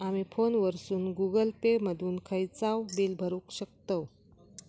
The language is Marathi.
आमी फोनवरसून गुगल पे मधून खयचाव बिल भरुक शकतव